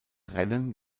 rennen